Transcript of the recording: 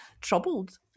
troubled